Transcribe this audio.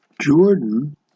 Jordan